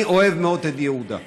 אני אוהב מאוד את יהודה,